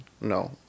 No